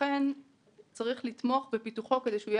לכן צריך לתמוך בפיתוחו כדי שהוא יהיה